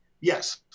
Yes